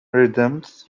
rhythms